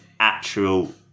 actual